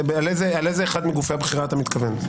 לאיזה מגופי הבחירה אתה מתכוון?